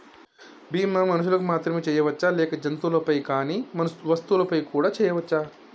బీమా మనుషులకు మాత్రమే చెయ్యవచ్చా లేక జంతువులపై కానీ వస్తువులపై కూడా చేయ వచ్చా?